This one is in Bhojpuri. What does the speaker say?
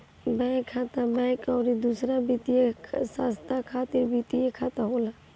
बैंक खाता, बैंक अउरी दूसर वित्तीय संस्था खातिर वित्तीय खाता होला